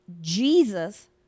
Jesus